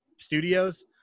studios